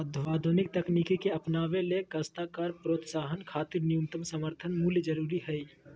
आधुनिक तकनीक के अपनावे ले काश्तकार प्रोत्साहन खातिर न्यूनतम समर्थन मूल्य जरूरी हई